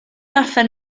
orffen